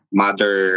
mother